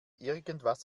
irgendwas